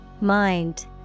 Mind